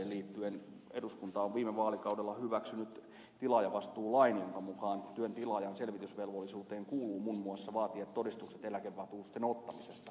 eduskunta on viime vaalikaudella hyväksynyt tilaajavastuulain jonka mukaan työn tilaajan selvitysvelvollisuuteen kuuluu muun muassa vaatia todistukset eläkevakuutusten ottamisesta